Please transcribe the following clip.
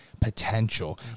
potential